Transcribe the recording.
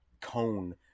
cone